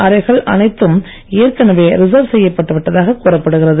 அனைத்து ஏற்கனவே ரிசர்வ் செய்யப்பட்டு விட்டதாக கூறப்படுகிறது